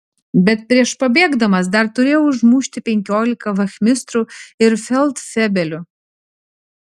bet prieš pabėgdamas dar turėjau užmušti penkiolika vachmistrų ir feldfebelių